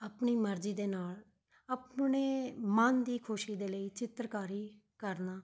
ਆਪਣੀ ਮਰਜ਼ੀ ਦੇ ਨਾਲ ਆਪਣੇ ਮਨ ਦੀ ਖੁਸ਼ੀ ਦੇ ਲਈ ਚਿੱਤਰਕਾਰੀ ਕਰਨਾ